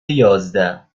یازده